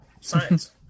Science